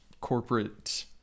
corporate